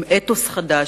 עם אתוס חדש,